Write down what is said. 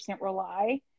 rely